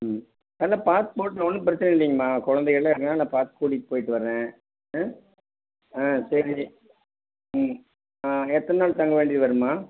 ம் நல்லா பார்த்து போட்ருவோம் ஒன்றும் பிரச்சனை இல்லங்கம்மா குழந்தைகள்லாம் இருக்காங்க நான் பார்த்து கூட்டிகிட்டுப் போயிவிட்டு வர்றேன் ஆ ஆ சரி ம் ஆ எத்தனை நாள் தங்க வேண்டியது வரும்மா